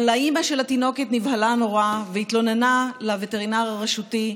אבל האימא של התינוקת נבהלה נורא והתלוננה לווטרינר הרשותי.